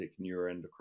neuroendocrine